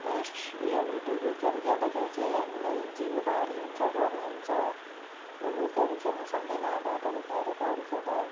ऊ योहरू डुबुल्कीहरू खेल्दाखेरि चाहिँ हामीलाई जिउ भारी हुन्छ गह्रौँ हुन्छ डुबुल्कीहरू खेल्नु सक्दैन भातहरू खाएर पौडी खेल्दा